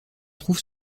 trouve